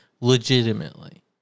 legitimately